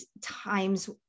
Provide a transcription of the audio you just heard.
times